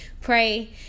Pray